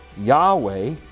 Yahweh